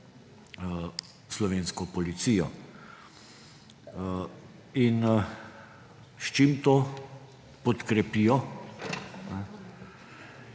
slovensko policijo. In s čim to podkrepijo?